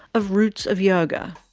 of roots of yoga.